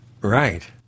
Right